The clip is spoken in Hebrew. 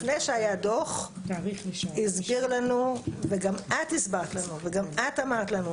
דו"ח, וגם את הסברת לנו ואמרת לנו,